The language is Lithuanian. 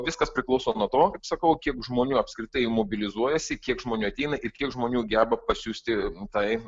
viskas priklauso nuo to sakau kiek žmonių apskritai mobilizuojasi kiek žmonių ateina ir kiek žmonių geba pasiųsti tai